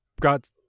got